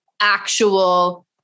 actual